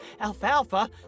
Alfalfa